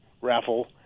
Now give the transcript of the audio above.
raffle